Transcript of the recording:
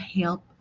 help